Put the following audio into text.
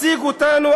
מציג אותנו,